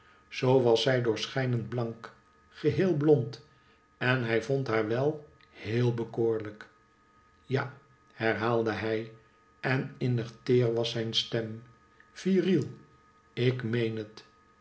zoo was zij doorschijnend blank geheel blond en hij vond haar wel heel bekoorlijk ja herhaalde hij en innig teer was zijn stem viriel ik meen het